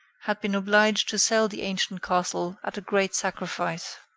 had been obliged to sell the ancient castle at a great sacrifice.